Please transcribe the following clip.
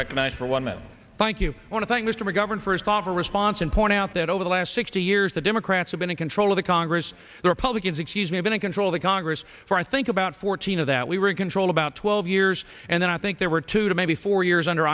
recognized for one minute thank you want to thank mr mcgovern first off a response and point out that over the last sixty years the democrats have been in control of the congress the republicans excuse me been a control the congress for i think about fourteen of that we were in control about twelve years and then i think there were two to maybe four years under